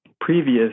previous